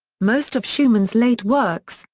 most of schumann's late works,